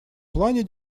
плане